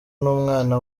n’umwana